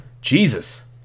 Jesus